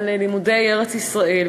לימודי ארץ-ישראל,